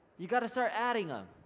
you got to start adding them,